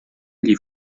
gli